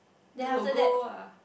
the logo ah